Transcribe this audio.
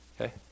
Okay